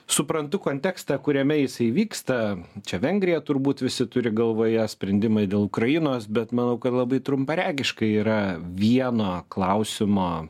suprantu kontekstą kuriame jisai vyksta čia vengrija turbūt visi turi galvoje sprendimai dėl ukrainos bet manau kad labai trumparegiškai yra vieno klausimo